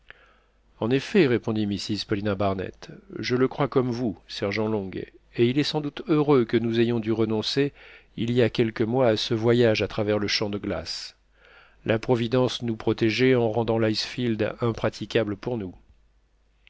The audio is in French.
en effet répondit mrs paulina barnett je le crois comme vous sergent long et il est sans doute heureux que nous ayons dû renoncer il y a quelques mois à ce voyage à travers le champ de glace la providence nous protégeait en rendant l'icefield impraticable pour nous